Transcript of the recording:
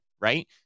right